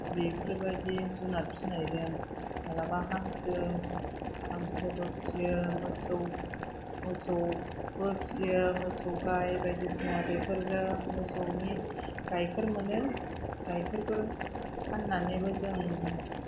बेफोरबायदि जुनाद फिनायजों मालाबा हांसो हांसोबो फियो मोसौ मोसौबो फियो मोसौ गाय बायदिसिना बेफोरजों मोसौनि गायखेर मोनो गायखेरफोर फाननानैबो जों